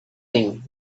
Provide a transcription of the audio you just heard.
thing